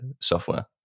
software